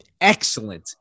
excellent